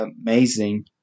amazing